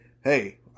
hey